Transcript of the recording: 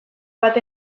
bat